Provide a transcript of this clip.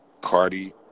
Cardi